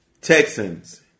Texans